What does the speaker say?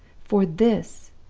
for this,